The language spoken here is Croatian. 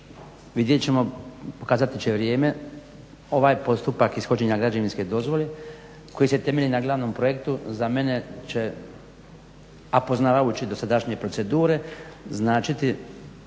vidjet ćemo, pokazat će vrijeme ovaj postupak ishođenja građevinske dozvole koji se temelji na glavnom projektu za mene će a poznavajući dosadašnje procedure značiti